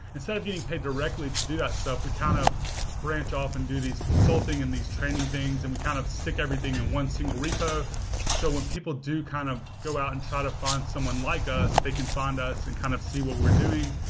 instead of getting paid directly to do that stuff, we kind of branch off and do these consulting and these training things and we kind of stick everything in one single repo so when people do kind of go out and try to find someone like us, they can find us and kind of see what we're doing.